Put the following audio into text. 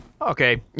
Okay